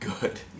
good